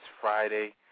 Friday